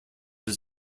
his